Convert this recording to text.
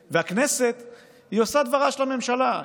והכנסת עושה את דברה של ממשלה,